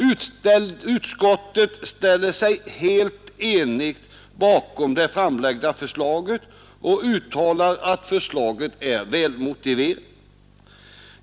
Utskottet ställer sig helt enigt bakom det framlagda förslaget och uttalar att förslaget är välmotiverat.